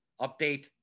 update